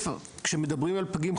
כשמדברים על פגים,